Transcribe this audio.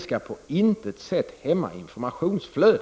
skall på intet sätt hämma informationsflödet.